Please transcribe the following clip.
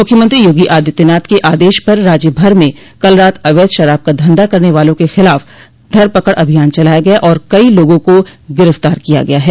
मुख्यमंत्री योगी आदित्यनाथ के आदेश पर राज्य भर में कल रात अवैध शराब का धंधा करने वालों के खिलाफ धरपकड़ अभियान चलाया गया और कइ लोगों को गिरफ्तार किया गया हैं